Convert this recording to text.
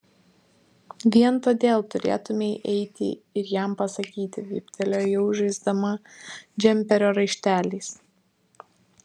vien todėl turėtumei eiti ir jam pasakyti vyptelėjo jau žaisdama džemperio raišteliais